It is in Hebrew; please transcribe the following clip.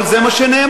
אבל זה מה שנאמר.